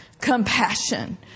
compassion